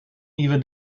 nieuwe